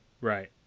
Right